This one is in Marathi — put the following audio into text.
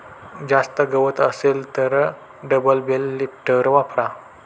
जास्त गवत असेल तर डबल बेल लिफ्टर वापरा